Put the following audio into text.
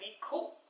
cool